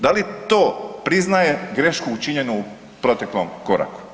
Da li to priznaje grešku učinjenu u proteklom koraku?